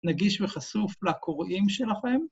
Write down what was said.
נגיש וחשוף לקוראים שלכם.